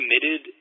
committed